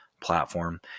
platform